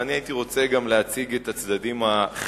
ואני הייתי רוצה להציג גם את הצדדים החיוביים.